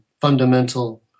fundamental